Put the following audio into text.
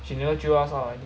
she never jio us out leh